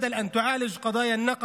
גביר, אשר לא ניצלו ממנה בני האדם,